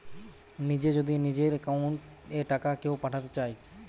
নিজে যদি নিজের একাউন্ট এ টাকা কেও পাঠাতে চায়